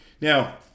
Now